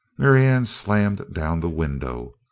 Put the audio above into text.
marianne slammed down the window.